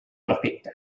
perfecte